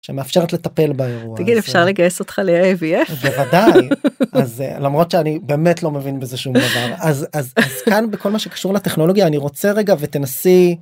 שמאפשרת לטפל באירוע. תגיד, אפשר לגייס אותך לAIVF? בודאי, למרות שאני באמת לא מבין בזה שום דבר. אז, אז, אז כאן בכל מה שקשור לטכנולוגיה אני רוצה רגע ותנסי.